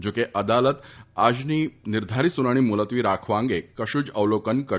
જો કે અદાલત આજની નિર્ધારીત સુનાવણી મુલતવી રાખવા અંગે કશ્રું જ અવલોકન કર્યું નહતું